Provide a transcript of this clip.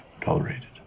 tolerated